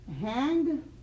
hang